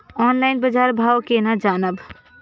Online बाजार भाव केना जानब?